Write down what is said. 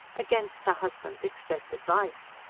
against her husband's express advice.